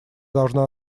должна